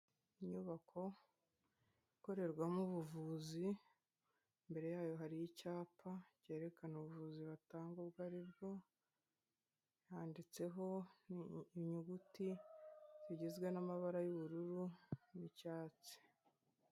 Inyubako ikorerwamo ubuvuzi, imbere yayo hari icyapa cyerekana ubuvuzi batanga ubwo ari bwo, handitseho inyuguti zigizwe n'amabara y'ubururu n'icyatsi.